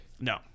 No